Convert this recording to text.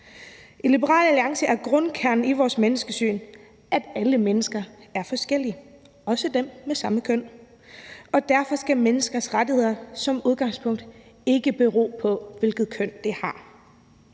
I Liberal Alliance er grundkernen i vores menneskesyn, at alle mennesker er forskellige, også dem med samme køn, og derfor skal menneskers rettigheder som udgangspunkt ikke bero på, hvilket køn de har.